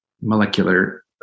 molecular